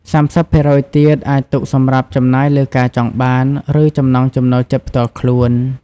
៣០% ទៀត អាចទុកសម្រាប់ចំណាយលើការចង់បាន ឬចំណង់ចំណូលចិត្តផ្ទាល់ខ្លួន។